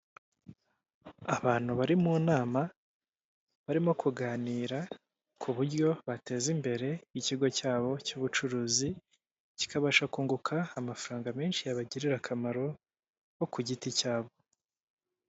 Abantu bari mu nama barimo kuganira ku buryo bateza imbere ikigo cyabo cy'ubucuruzi, kikabasha kunguka amafaranga menshi yabagirira akamaro bo ku giti cyabo.